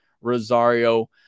Rosario